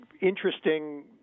interesting